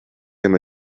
them